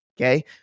okay